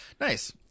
Nice